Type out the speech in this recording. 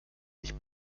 nicht